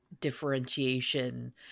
differentiation